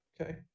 Okay